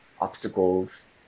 obstacles